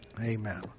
Amen